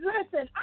Listen